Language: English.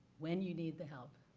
when you need the help,